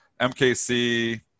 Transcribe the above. mkc